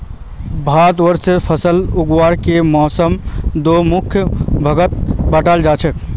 भारतवर्षत फसल उगावार के मौसमक दो मुख्य भागत बांटाल गेल छेक